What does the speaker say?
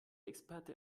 experte